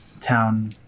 town